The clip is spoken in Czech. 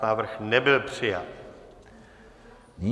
Návrh nebyl přijat.